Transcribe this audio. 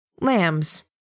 Lambs